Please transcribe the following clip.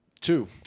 two